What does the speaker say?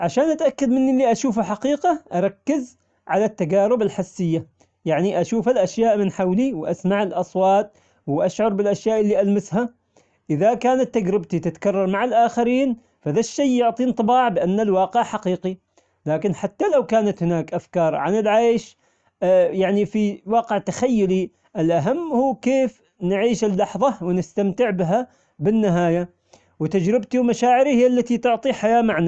عشان أتأكد من اللي أشوفه حقيقة أركز على التجارب الحسية، يعني أشوف الأشياء من حولي وأسمع الأصوات وأشعر بالأشياء اللي ألمسها، إذا كانت تجربتي تتكرر مع الآخرين فذا الشي يعطي إنطباع بأن الواقع حقيقي، لكن حتى لو كانت هناك أفكار عن العيش يعني في واقع تخيلي الأهم هو كيف نعيش اللحظة ونستمتع بها بالنهاية، وتجربتي ومشاعري هي التي تعطي حياة معنى.